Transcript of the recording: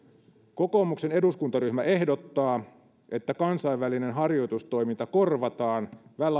kokoomuksen eduskuntaryhmä ehdottaa että kansainvälinen harjoitustoiminta korvataan